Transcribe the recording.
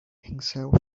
himself